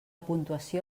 puntuació